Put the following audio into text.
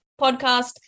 podcast